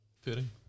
Fitting